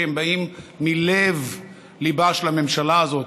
כי הם באים מלב-ליבה של הממשלה הזאת: